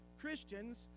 Christians—